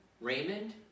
Raymond